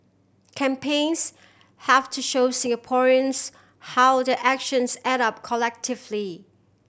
campaigns have to show Singaporeans how their actions add up collectively